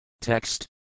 Text